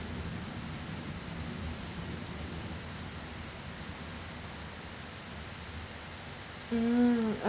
mm